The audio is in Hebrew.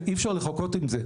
ואי אפשר לחכות עם זה,